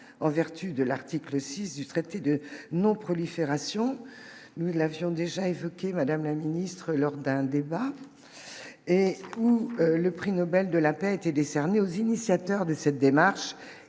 en vertu de l'article 6 du traité de non prolifération, nous l'avions déjà évoqué Madame la ministre lors d'un débat et où le prix Nobel de la paix a été décerné aux initiateurs de cette démarche,